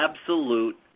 absolute